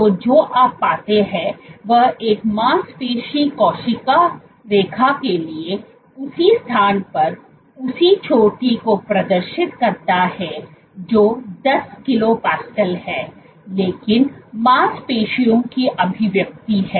तो जो आप पाते हैं वह एक मांसपेशी कोशिका रेखा के लिए उसी स्थान पर उसी चोटी को प्रदर्शित करता है जो 10 किलो पास्कल है लेकिन मांसपेशियों की अभिव्यक्ति है